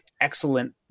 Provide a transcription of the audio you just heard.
excellent